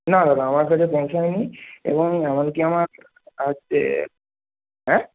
না দাদা আমার কাছে পৌঁছয়নি এবং এমনকী আমার হ্যাঁ